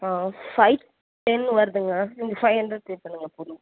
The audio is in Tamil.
ஃபைவ் டென் வருதுங்க நீங்கள் ஃபைவ் ஹண்ட்ரெட் பே பண்ணுங்கள் போதும்